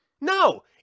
no